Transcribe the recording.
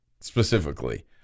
specifically